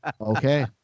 Okay